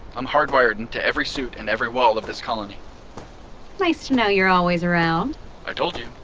i'm hardwired into every suit and every wall of this colony nice to know you're always around i told you,